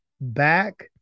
back